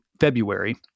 February